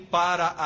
para